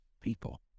people